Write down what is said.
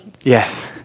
Yes